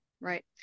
Right